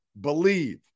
believe